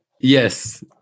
Yes